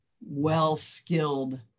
well-skilled